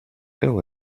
ill